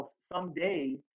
someday